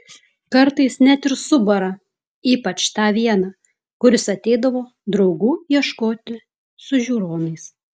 kartais net ir subara ypač tą vieną kuris ateidavo draugų ieškoti su žiūronais